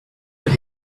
that